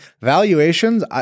Valuations